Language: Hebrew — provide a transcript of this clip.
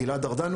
גלעד ארדן,